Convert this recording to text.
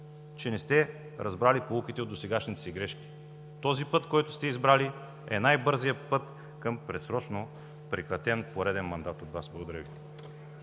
че не сте разбрали поуките от досегашните си грешки. Този път, който сте избрали, е най-бързият път към предсрочно прекратен пореден мандат от Вас. Благодаря Ви.